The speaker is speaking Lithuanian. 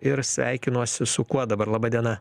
ir sveikinosi su kuo dabar laba diena